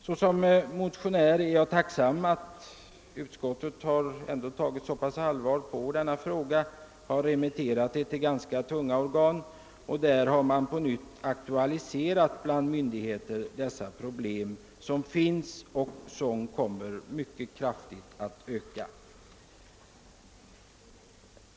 Såsom motionär är jag tacksam för att utskottet ändå tagit så pass allvarligt på denna fråga att man remitterat den till ganska tunga organ på området. De problem som finns och som kommer att öka mycket kraftigt har därvid på nytt aktualiserats.